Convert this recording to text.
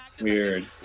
weird